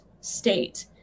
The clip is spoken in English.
state